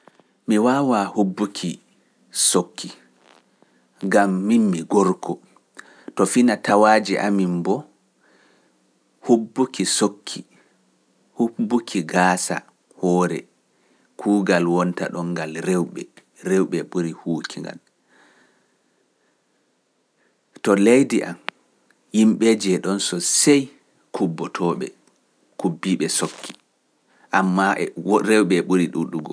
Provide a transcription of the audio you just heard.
Mi waawaa hubbuki sokki, ngam min mi gorko, to fina tawaaji amin bo, hubbuki sokki, hubbuki gaasa, hoore, kuugal wonta ɗon ngal rewɓe, worbe ɗon sosey kubbotooɓe, kubbiiɓe sokki, ammaa rewɓe ɓuri ɗuuɗugo.